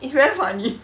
it's very funny